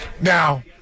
Now